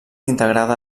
integrada